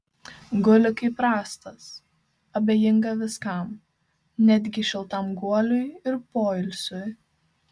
guli kaip rąstas abejinga viskam netgi šiltam guoliui ir poilsiui